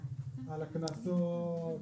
על הקנסות,